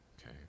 okay